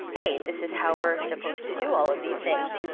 hey, this is how we're supposed to do all of these things.